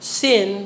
sin